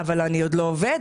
"אבל אני לא עובד,